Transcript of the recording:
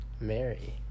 mary